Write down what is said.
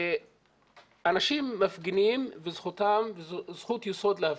אנשים מפגינים וזו זכות יסוד להפגין.